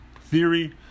theory